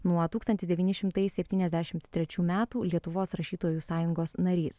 nuo tūkstantis devyni šimtai septyniasdešimt trečių metų lietuvos rašytojų sąjungos narys